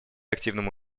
активному